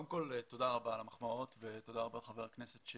תודה רבה על המחמאות ותודה רבה לחבר הכנסת על